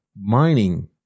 mining